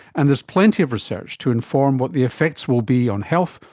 and there's plenty of research to inform what the effects will be on health,